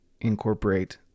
incorporate